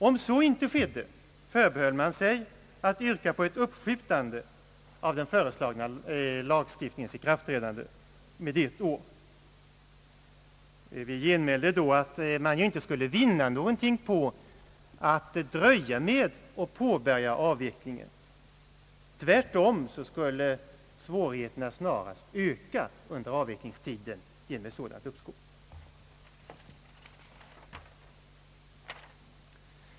Om så inte skedde förbehöll man sig rätten att yrka uppskov med den föreslagna lagstiftningens ikraftträdande med ett år. Vi genmälde då, att man ju inte skulle vinna någonting på att dröja med att påbörja avvecklingen. Tvärtom skulle svårigheterna snarast öka under avvecklingstiden genom ett sådant uppskov.